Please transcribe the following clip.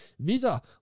Visa